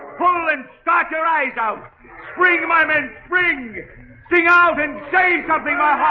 pull and starter eyes out my men spring see out and say something